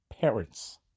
parents